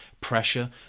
pressure